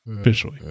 officially